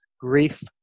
grief